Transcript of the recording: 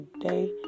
today